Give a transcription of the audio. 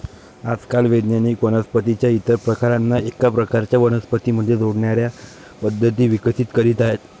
आजकाल वैज्ञानिक वनस्पतीं च्या इतर प्रकारांना एका प्रकारच्या वनस्पतीं मध्ये जोडण्याच्या पद्धती विकसित करीत आहेत